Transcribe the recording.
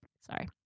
sorry